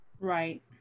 Right